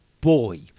boy –